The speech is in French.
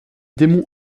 démons